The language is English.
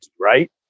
right